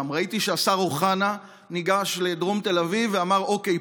ראיתי שהשר אוחנה ניגש לדרום תל אביב ואמר: אוקיי,